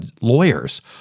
lawyers